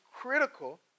critical